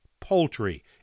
poultry